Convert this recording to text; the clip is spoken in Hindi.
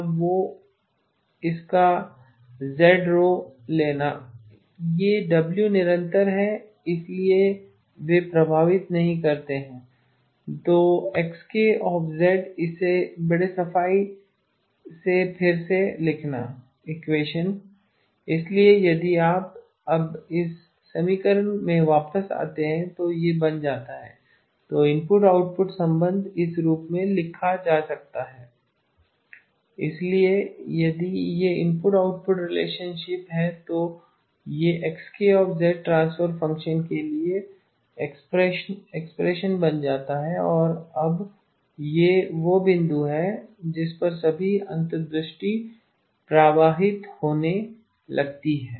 अब इस का Z रो लेना यह W निरंतर हैं इसलिए वे प्रभावित नहीं करते हैं तो Xk इसे बड़े सफाई से फिर से लिखना इसलिए यदि आप अब इस समीकरण में वापस आते हैं तो यह बन जाता है तो इनपुट आउटपुट संबंध इस रूप में लिखा जा सकता है इसलिए यदि यह इनपुट आउटपुट रिलेशनशिप है तो यह Hk ट्रांसफर फ़ंक्शन के लिए एक्सप्रेशन बन जाता है और अब यही वह बिंदु है जिस पर सभी अंतर्दृष्टि प्रवाहित होने लगती हैं